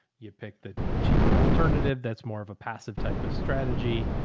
you pick the cheaper alternative. that's more of a passive type of strategy,